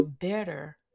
better